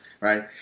right